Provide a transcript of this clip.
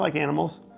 like animals,